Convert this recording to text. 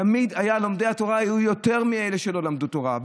תמיד לומדי התורה היו יותר מאלה שלא למדו תורה,